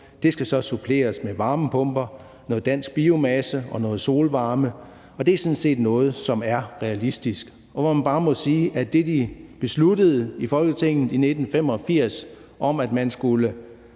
Det skal så suppleres med varmepumper, med dansk biomasse og noget solvarme, og det er sådan set noget, som er realistisk. Man må bare sige, at det, de besluttede i Folketinget i 1985, om at man skulle